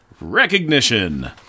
Recognition